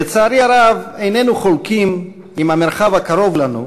לצערי הרב, איננו חולקים עם המרחב הקרוב לנו,